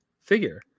figure